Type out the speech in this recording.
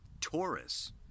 Taurus